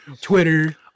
Twitter